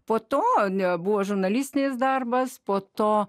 po to nebuvo žurnalistės darbas po to